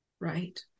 Right